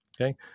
Okay